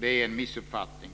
Det är en missuppfattning.